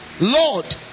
Lord